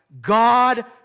God